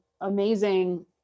amazing